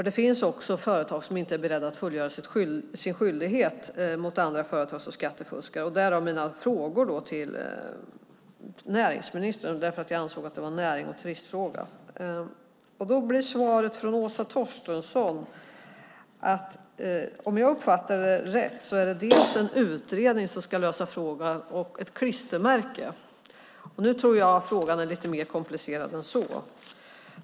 Det finns ju också företag som inte fullgör sina skyldigheter utan skattefuskar - därav mina frågor till näringsministern, som jag vände mig till eftersom jag ansåg att detta var en närings och turistfråga. Svaret från Åsa Torstensson är, om jag uppfattar det rätt, dels att en utredning ska lösa frågan, dels att det ska bli ett klistermärke. Nu tror jag att frågan är lite mer komplicerad än så.